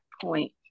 point